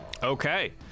Okay